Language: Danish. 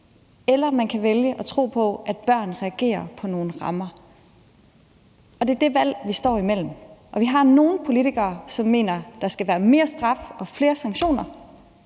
eller man kan vælge at tro på, at børn reagerer på nogle rammer. Det er det valg, vi står imellem, og vi har nogle politikere, som mener, at der skal være mere straf og flere sanktioner,